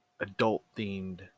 adult-themed